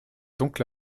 donc